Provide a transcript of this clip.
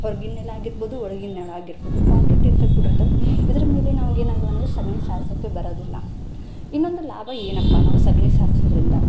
ಹೊರ್ಗಿನ ನೆಲ ಆಗಿರ್ಬೋದು ಒಳ್ಗಿನ ನೆಲ ಆಗಿರ್ಬೋದು ಕಾಂಕ್ರೀಟಿಂದ ಕೂಡಿರ್ತವೆ ಇದ್ರ ಮೇಲೆ ನಮ್ಗೆ ಏನಾಯಿತು ಅಂದರೆ ಸಗಣಿ ಸಾರ್ಸೋಕೆ ಬರೋದಿಲ್ಲ ಇನ್ನೊಂದು ಲಾಭ ಏನಪ್ಪ ನಾವು ಸಗಣಿ ಸಾರ್ಸೊದರಿಂದ